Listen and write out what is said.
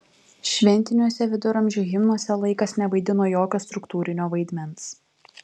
šventiniuose viduramžių himnuose laikas nevaidino jokio struktūrinio vaidmens